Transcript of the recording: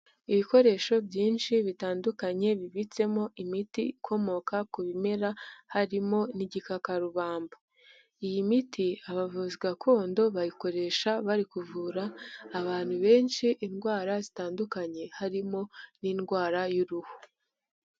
Ibikoresho byinshi bitandukanye bibitsemo imiti ikomoka ku bimera harimo n'igikakarubamba. Iyi miti abavuzi gakondo bayikoresha bari kuvura abantu benshi indwara zitandukanye harimo n'indwara y'uruhu.